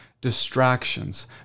distractions